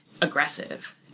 aggressive